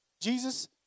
Jesus